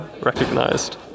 recognized